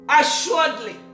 assuredly